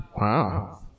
Wow